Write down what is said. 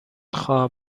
خواهم